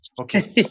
Okay